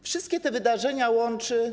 Wszystkie te wydarzenia łączy.